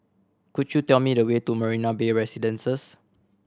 could you tell me the way to Marina Bay Residences